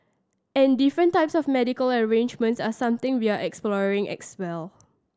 and different types of medical arrangements are something we're exploring as well